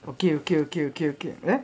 okay okay okay okay okay